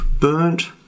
burnt